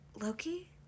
Loki